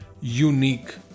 unique